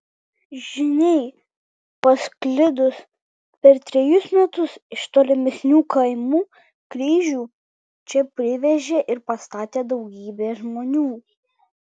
žiniai pasklidus per trejus metus iš tolimesnių kaimų kryžių čia privežė ir pastatė daugybė žmonių